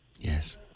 Yes